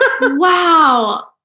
Wow